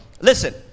Listen